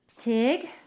Tig